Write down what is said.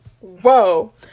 Whoa